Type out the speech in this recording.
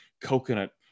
coconut